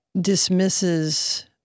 dismisses